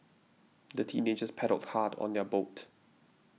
the teenagers paddled hard on their boat